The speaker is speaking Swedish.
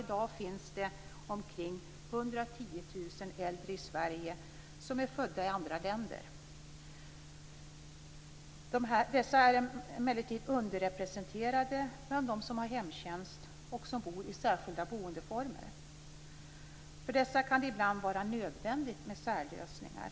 I dag finns det omkring 110 000 äldre i Sverige som är födda i andra länder. Dessa är emellertid underrepresenterade bland dem som har hemtjänst och bland dem som bor i särskilda boendeformer. För dem kan det ibland vara nödvändigt med särlösningar.